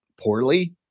poorly